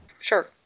Sure